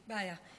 אין בעיה.